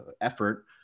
effort